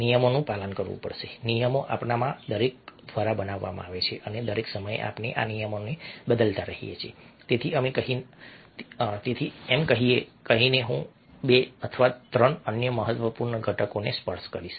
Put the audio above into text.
નિયમોનું પાલન કરવું પડશે નિયમો આપણામાંના દરેક દ્વારા બનાવવામાં આવે છે અને દરેક સમયે આપણે આ નિયમોને બદલતા રહીએ છીએ તેથી એમ કહીને હું બે અથવા ત્રણ અન્ય મહત્વપૂર્ણ ઘટકોને સ્પર્શ કરીશ